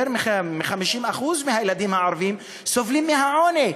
יותר מ-50% מהילדים הערבים סובלים מהעוני.